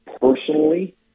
personally